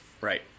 right